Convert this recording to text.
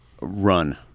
Run